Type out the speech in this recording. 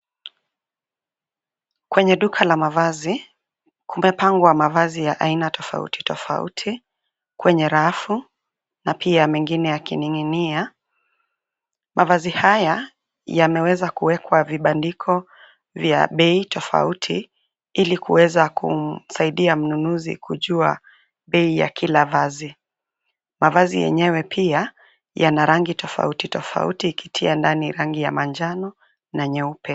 Kwenye duka la mavazi, kumepangwa mavazi ya aina tofauti tofauti kwenye rafu, na pia mengine yakining'inia. Mavazi haya yameweza kuwekwa vibandiko vya bei tofauti, ili kuweza kusaidia mununuzi kujua bei ya kila vazi. Mavazi yenyewe pia yana rangi tofauti tofauti ukitia ndani rangi ya manjano na nyeupe.